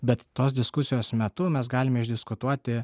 bet tos diskusijos metu mes galime išdiskutuoti